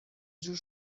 جور